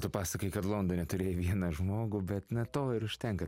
tu pasakojai kad londone turėjai vieną žmogų bet na to ir užtenka